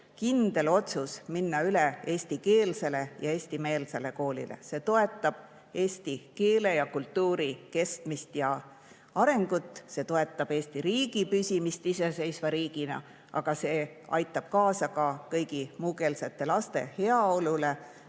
kindel otsus minna üle eestikeelsele ja eestimeelsele koolile. See toetab eesti keele ja kultuuri kestmist ja arengut, see toetab Eesti riigi püsimist iseseisva riigina, aga see aitab kaasa ka kõigi muukeelsete laste heaolule